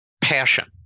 passion